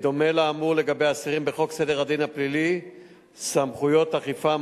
בדומה לאמור לגבי אסירים בחוק סדר הדין הפלילי (סמכויות אכיפה,